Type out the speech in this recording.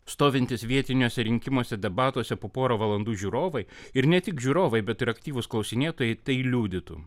stovintys vietiniuose rinkimuose debatuose po porą valandų žiūrovai ir ne tik žiūrovai bet ir aktyvūs klausinėtojai tai liudytų